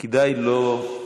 כדאי לא,